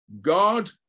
god